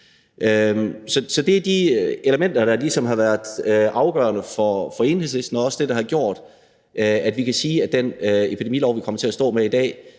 Så det er de elementer, der ligesom har været afgørende for Enhedslisten, og også er det, der har gjort, at den epidemilov, vi kommer til at stå med i dag,